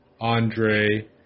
Andre